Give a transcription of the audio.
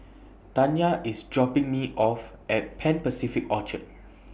Tanya IS dropping Me off At Pan Pacific Orchard